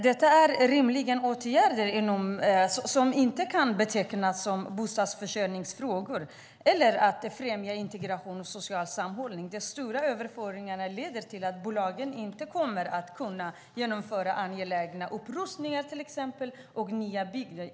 Detta är rimligen åtgärder som inte kan betecknas som bostadsförsörjningsfrågor eller vara till för att främja integration och social sammanhållning. De stora överföringarna leder till att bolagen inte kommer att kunna genomföra angelägna upprustningar och nybyggnationer.